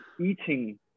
eating